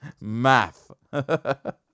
Math